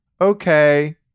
okay